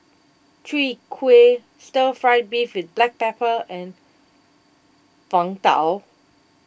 Chwee Kueh Stir Fried Beef with Black Pepper and Png Tao